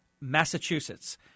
Massachusetts